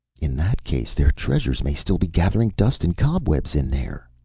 in that case their treasures may still be gathering dust and cobwebs in there,